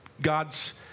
God's